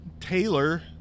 Taylor